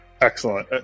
Excellent